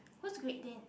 who's great dane